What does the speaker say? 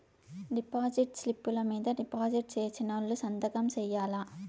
deposit స్లిప్పులు మీద deposit సేసినోళ్లు సంతకం సేయాల్ల